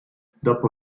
dopo